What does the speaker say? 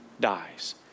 dies